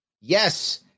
Yes